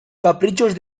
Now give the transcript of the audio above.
caprichos